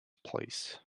please